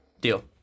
Deal